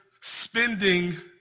spending